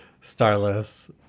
Starless